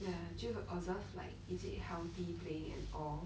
ya 就 observe like is it healthy playing and all